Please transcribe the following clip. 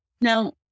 Now